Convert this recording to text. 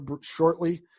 shortly